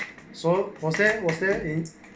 so for them was there in